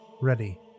ready